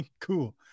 Cool